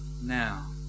now